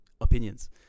opinions